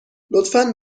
لطفا